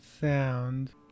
sound